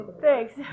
Thanks